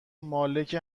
مالک